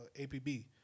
APB